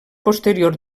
posteriors